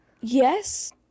Yes